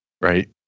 Right